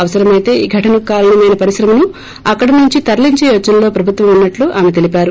అవసరమైతే ఈ ఘటనకు కారణమైన పరిశ్రమను అక్కడి నుంచి తరలించే యోచనలో ప్రభుత్వం ఉన్నట్టు ఆమె తెలిపారు